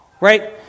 right